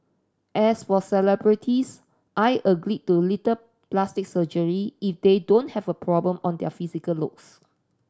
as for celebrities I agree to little plastic surgery if they don't have a problem on their physical looks